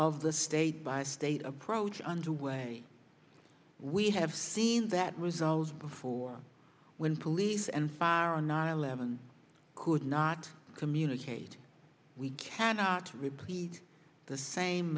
of the state by state approach underway we have seen that results before when police and fire on nine eleven could not communicate we cannot repeat the same